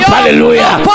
Hallelujah